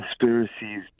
conspiracies